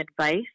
advice